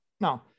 No